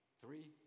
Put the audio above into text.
three